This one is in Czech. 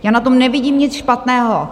Já na tom nevidím nic špatného.